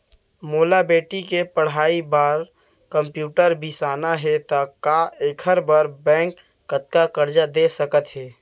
मोला बेटी के पढ़ई बार कम्प्यूटर बिसाना हे त का एखर बर बैंक कतका करजा दे सकत हे?